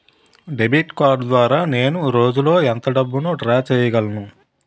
Debit card ద్వారా నేను రోజు లో ఎంత డబ్బును డ్రా చేయగలను?